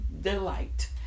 Delight